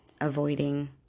avoiding